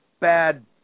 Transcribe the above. bad